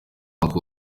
uncle